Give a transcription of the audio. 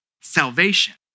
salvation